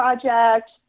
Project